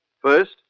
First